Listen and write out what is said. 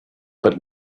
but